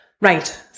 Right